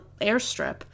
airstrip